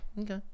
Okay